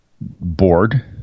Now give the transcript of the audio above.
bored